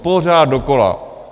Pořád dokola.